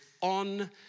on